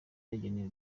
bageneye